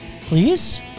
Please